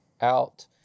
out